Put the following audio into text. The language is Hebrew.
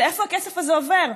לאיפה הכסף הזה עובר?